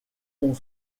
ont